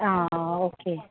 आं ओके